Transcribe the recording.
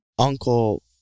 Uncle